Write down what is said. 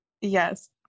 Yes